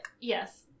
yes